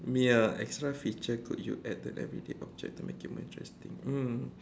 ya extra feature could you add to everyday object to make it more interesting um